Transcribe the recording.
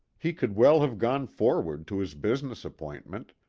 he could well have gone forward to his business appointment,